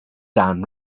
dan